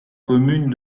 commune